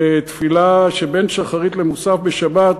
בתפילה שבין שחרית למוסף בשבת: